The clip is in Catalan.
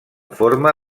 forma